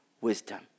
wisdom